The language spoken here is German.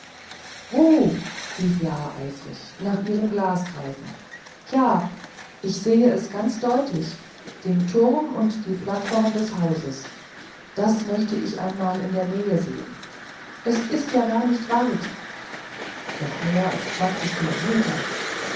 wo rief la eifrig nach ihrem glas greifend ja ich sehe es ganz deutlich den turm und die plattform des hauses das möchte ich einmal in der nähe sehen es ist ja gar nicht weit doch mehr als zwanzig